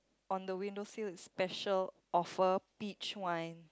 on the window sill it's special offer beach wine